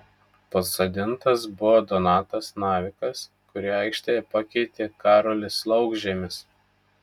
pasodintas buvo donatas navikas kurį aikštėje pakeitė karolis laukžemis